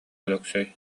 өлөксөй